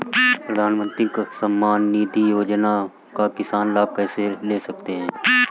प्रधानमंत्री किसान सम्मान निधि योजना का किसान लाभ कैसे ले सकते हैं?